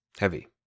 Heavy